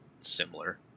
similar